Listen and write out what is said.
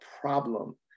problem